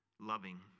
loving